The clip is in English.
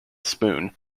spoon